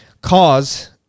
cause